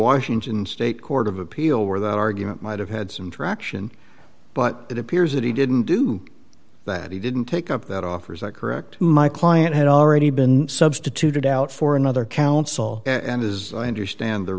washington state court of appeal where that argument might have had some traction but it appears that he didn't do that he didn't take up that offers i correct my client had already been substituted out for another counsel and as i understand the